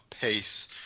pace